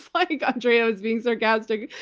like andrea was being sarcastic,